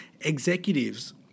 executives